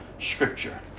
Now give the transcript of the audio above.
Scripture